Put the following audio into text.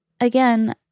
again—